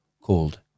called